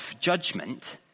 judgment